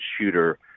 shooter